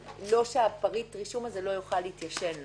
פריט הרישום הזה יוכל להתיישן לו.